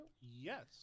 Yes